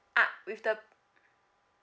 ah with the